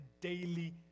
daily